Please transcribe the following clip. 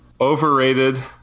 Overrated